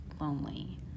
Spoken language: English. lonely